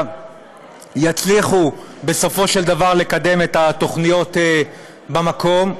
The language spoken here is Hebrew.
יצליחו בסופו של דבר לקדם את התוכניות במקום,